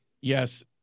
Yes